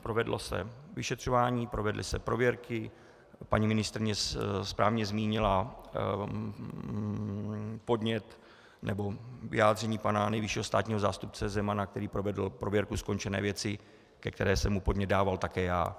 Provedlo se vyšetřování, provedly se prověrky, paní ministryně správně zmínila podnět nebo vyjádření pana nejvyššího státního zástupce Zemana, který provedl prověrku skončené věci, ke které jsem mu podnět dával také já.